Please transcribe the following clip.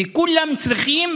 וכולם צריכים